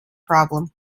problem